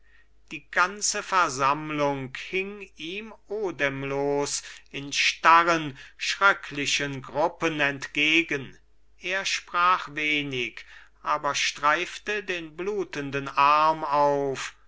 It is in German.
die ganze versammlung hing ihm odemlos in starren schröcklichen gruppen entgegen er sprach wenig aber streifte den blutenden arm auf